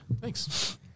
Thanks